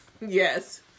Yes